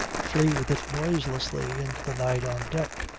flee with it noiselessly into the night on deck,